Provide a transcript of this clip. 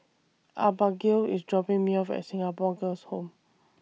Abagail IS dropping Me off At Singapore Girls' Home